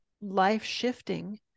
life-shifting